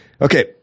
Okay